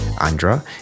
Andra